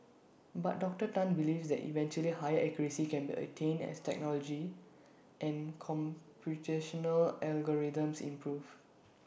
but Doctor Tan believes that eventually higher accuracy can be attained as technology and computational algorithms improve